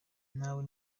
nawe